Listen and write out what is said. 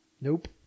Nope